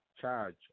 charge